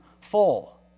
full